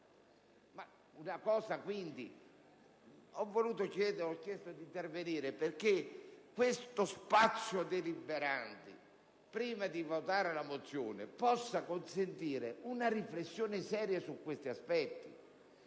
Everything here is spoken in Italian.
o contratti. Ho chiesto di intervenire perché questo spazio deliberante, prima di votare la mozione, possa consentire una riflessione seria su questi aspetti: